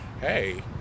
hey